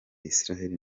israel